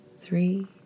Three